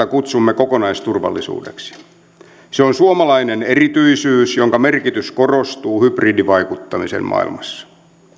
kutsumme kokonaisturvallisuudeksi se on suomalainen erityisyys jonka merkitys korostuu hybridivaikuttamisen maailmassa